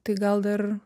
tai gal dar